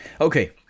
Okay